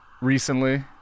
recently